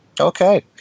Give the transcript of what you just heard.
Okay